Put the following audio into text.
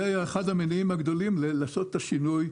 זה היה אחד המניעים הגדולים לעשות את השינוי.